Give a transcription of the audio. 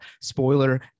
spoiler